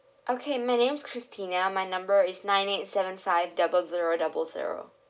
okay my name's christina my number is nine eight seven five double zero double zero